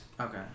Okay